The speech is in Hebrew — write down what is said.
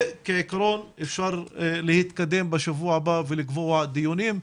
וכעיקרון אפשר להתקדם בשבוע הבא ולקבוע דיונים.